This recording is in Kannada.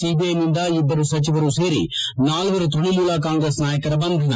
ಸಿಬಿಐನಿಂದ ಇಬ್ಬರು ಸಚಿವರು ಸೇರಿ ನಾಲ್ವರು ತ್ಯಣಮೂಲ ಕಾಂಗೆಸ್ ನಾಯಕರ ಬಂಧನ